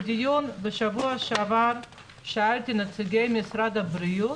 בדיון בשבוע שעבר שאלתי נציגים של משרד הבריאות